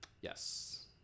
Yes